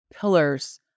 pillars